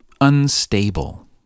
unstable